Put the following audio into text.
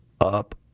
up